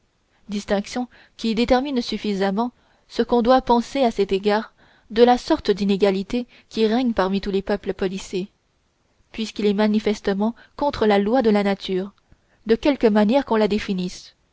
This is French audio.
distinction qui détermine suffisamment ce qu'on doit penser à cet égard de la sorte d'inégalité qui règne parmi tous les peuples policés puisqu'il est manifestement contre la loi de nature de quelque manière qu'on la définisse